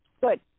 Good